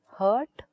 hurt